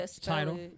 title